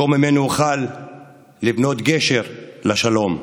מקום שממנו אוכל לבנות גשר לשלום,